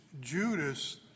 Judas